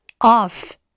off